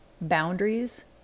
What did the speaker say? boundaries